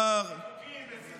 רואים את זה